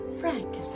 Frank